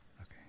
okay